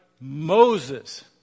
Moses